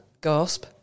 gasp